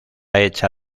hecha